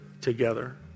together